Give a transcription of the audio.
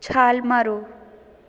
ਛਾਲ ਮਾਰੋ